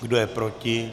Kdo je proti?